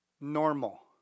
Normal